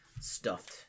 stuffed